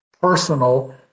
personal